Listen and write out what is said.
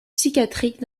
psychiatrique